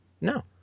No